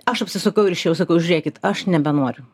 aš apsisukau ir išėjau sakau žiūrėkit aš nebenoriu